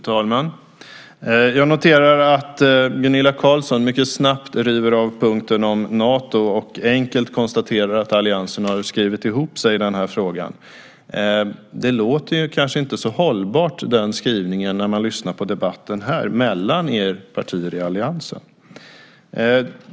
Fru talman! Jag noterar att Gunilla Carlsson mycket snabbt river av punkten om Nato och enkelt konstaterar att alliansen har skrivit ihop sig i den här frågan. Den skrivningen låter kanske inte så hållbar när man lyssnar på debatten här mellan partierna i alliansen.